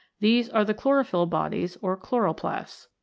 these are the chlorophyll bodies or chloroplasts.